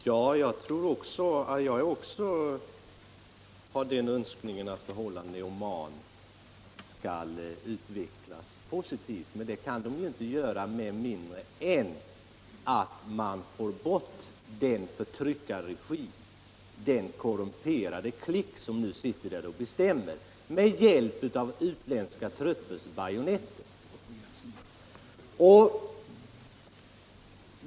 Stöd till Folkfronten Herr talman! Jag har också en önskan om att förhållandena i Oman = för befrielse av skall utvecklas positivt, men det kan de ju inte göra med mindre än - Oman, m.m. att förtryckarregimen försvinner och att man får bort den korrumperade klick som nu sitter där och bestämmer med hjälp av utländska truppers bajonetter.